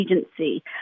agency